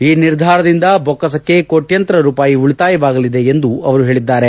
ಈ ನಿರ್ಧಾರದಿಂದ ಬೊಕ್ನಸಕ್ಕೆ ಕೋಟ್ಯಂತರ ರೂಪಾಯಿ ಉಳಿತಾಯವಾಗಲಿದೆ ಎಂದು ಅವರು ಹೇಳಿದ್ದಾರೆ